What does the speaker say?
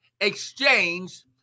exchange